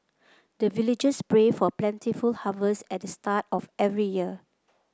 the villagers pray for plentiful harvest at the start of every year